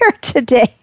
today